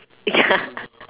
ya